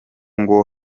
ngo